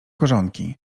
korzonki